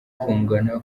kungana